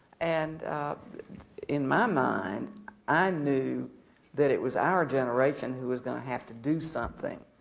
and in my mind i knew that it was our generation who was going to have to do something